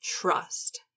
trust